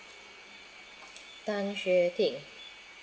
tan xue ting